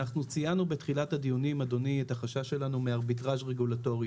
אנחנו ציינו בתחילת הדיונים את החשש שלנו מארביטראג' רגולטורי